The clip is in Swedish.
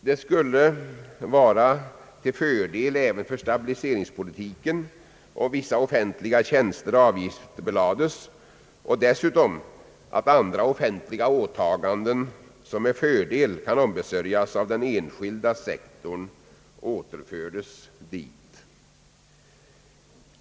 Det skulle vara till fördel även för stabiliseringspolitiken om vissa offentliga tjänster avgiftsbelades och dessutom att andra offentliga åtaganden, som med fördel kan ombesörjas av den enskilda sektorn, återfördes dit.